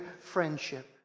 friendship